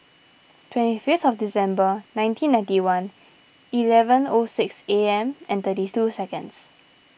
twenty fifth of December nineteen ninety one eleven O six A M and thirty two seconds